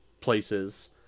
places